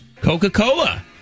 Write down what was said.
Coca-Cola